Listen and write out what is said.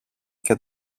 και